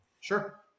Sure